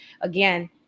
again